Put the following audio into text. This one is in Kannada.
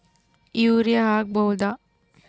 ಯೂರಿಯ ಹಾಕ್ ಬಹುದ?